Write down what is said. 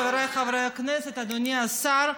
חבריי חברי הכנסת, אדוני השר,